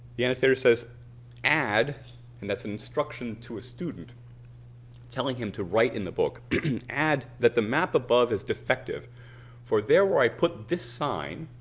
the annotator says add and that's instruction to a student telling him to write in the book and add that the map above is defective for there where i put this sign,